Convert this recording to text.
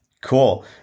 Cool